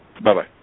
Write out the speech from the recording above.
Bye-bye